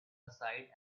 aside